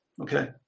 Okay